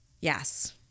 Yes